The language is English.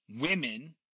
women